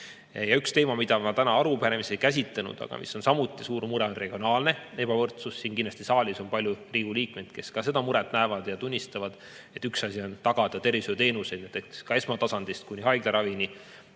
Üks teema, mida me täna arupärimisel ei käsitlenud, aga mis on samuti suur mure, on regionaalne ebavõrdsus. Siin saalis on kindlasti palju Riigikogu liikmeid, kes samuti seda muret näevad ja tunnistavad, et üks asi on tagada tervishoiuteenuseid esmatasandist kuni haiglaravini